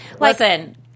Listen